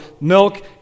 milk